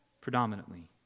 predominantly